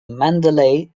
mandalay